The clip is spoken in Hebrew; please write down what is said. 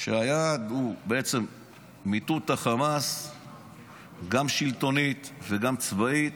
שהיעד הוא מיטוט החמאס גם שלטונית וגם צבאית,